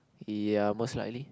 ya most likely